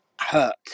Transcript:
hurt